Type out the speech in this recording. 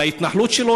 על ההתנחלות שלו,